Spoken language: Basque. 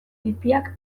pipiak